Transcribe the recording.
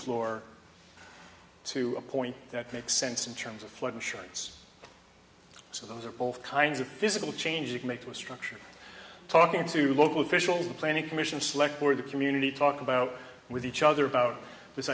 floor to a point that makes sense in terms of flood insurance so those are both kinds of physical changes made to a structure talking to local officials and planning commission select for the community talk about with each other about this